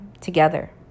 together